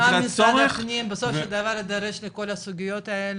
גם משרד הפנים בסופו של דבר יידרש לכל הסוגיות האלו,